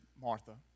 Martha